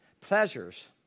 Pleasures